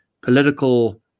political